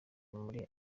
muri